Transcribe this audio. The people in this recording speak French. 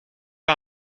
pas